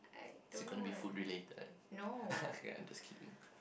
is it gonna be food related I'm just kidding